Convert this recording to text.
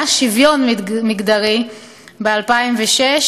היה שוויון מגדרי ב-2006.